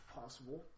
possible